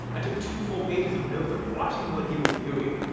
i took two full pages of notes of watching what he was doing,